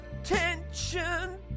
attention